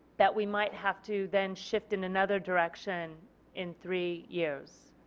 that we might have to then shift in another direction in three years.